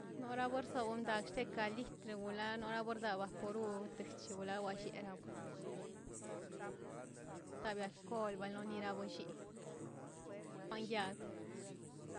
fuerza bondashe te ka listron olan bola bordaba porrub testela awa llegan ka galj kob balone ganya